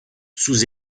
sous